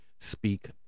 Speak